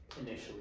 initially